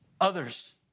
others